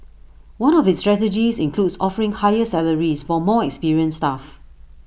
one of its strategies includes offering higher salaries for more experienced staff